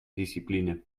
discipline